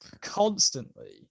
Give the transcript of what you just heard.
Constantly